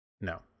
No